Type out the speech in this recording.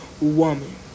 woman